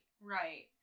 right